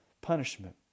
punishment